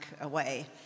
away